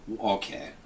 Okay